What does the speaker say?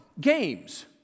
games